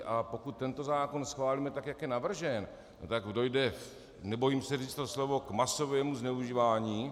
A pokud tento zákon schválíme tak, jak je navržen, tak dojde nebojím se říci to slovo k masovému zneužívání.